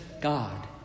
God